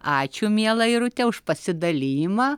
ačiū miela irute už pasidalijimą